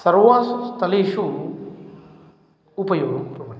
सर्वेषु स्थलेषु उपयोगं कुर्वन्ति